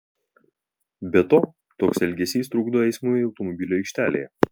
be to toks elgesys trukdo eismui automobilių aikštelėje